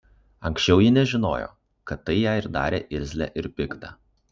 anksčiau ji nežinojo kad tai ją ir darė irzlią ir piktą